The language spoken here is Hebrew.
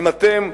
אם אתם,